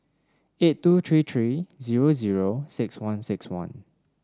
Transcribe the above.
eight two three three zero zero six one six one